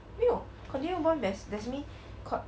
没有 continue bond that's that's mean con~